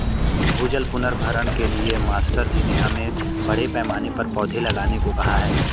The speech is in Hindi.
भूजल पुनर्भरण के लिए मास्टर जी ने हमें बड़े पैमाने पर पौधे लगाने को कहा है